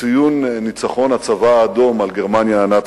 לציון ניצחון הצבא האדום על גרמניה הנאצית.